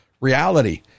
reality